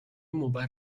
مبر